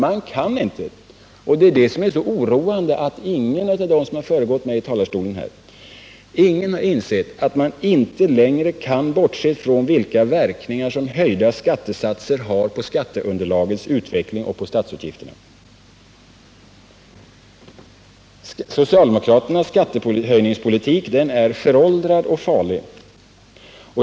Man kan inte längre bortse från vilka verkningar som höjda skattesatser har på skatteunderlagets utveckling och på statsutgifterna. Det är oroande att ingen av dem som har föregått mig i talarstolen har insett detta. Socialdemokraternas skattehöjningspolitik är föråldrad och farlig.